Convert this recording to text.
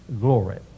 glory